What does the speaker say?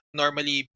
normally